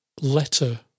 letter